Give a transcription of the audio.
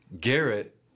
Garrett